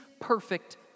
perfect